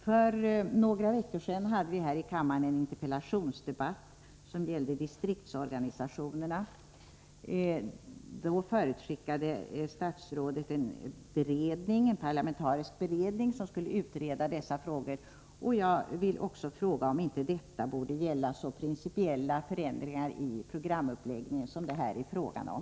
För några veckor sedan hade vi här i kammaren en interpellationsdebatt som gällde distriktsorganisationerna. Då förutskickade statsrådet Göransson en parlamentarisk beredning som skulle utreda dessa frågor. Jag vill fråga om inte detta också borde gälla så principiella förändringar i programuppläggningen som det här är fråga om.